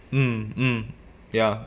hmm hmm ya